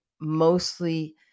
mostly